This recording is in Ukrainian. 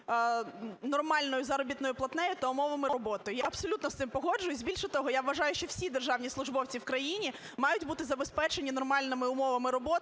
нормальною заробітною платнею та умовами роботи. Я абсолютно з цим погоджуюся. Більше того, я вважаю, що всі державні службовці в країні мають бути забезпечені нормальними умовами роботи,